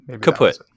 Kaput